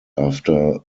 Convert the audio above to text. after